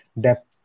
depth